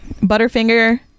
Butterfinger